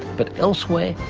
but elsewhere,